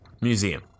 museum